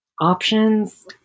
Options